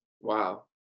Wow